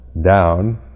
down